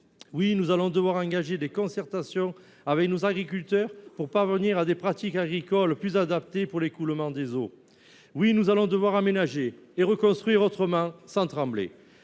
Oui, nous allons devoir engager des concertations avec nos agriculteurs pour parvenir à des pratiques agricoles plus adaptées pour l’écoulement des eaux ! Oui, nous allons devoir aménager et reconstruire autrement, sans trembler